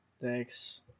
Thanks